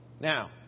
Now